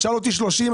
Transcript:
שאל אותי לגבי 30,